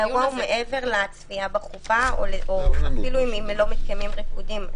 מעבר לצפייה בחופה או אפילו אם לא מתקיימים ריקודים,